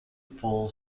full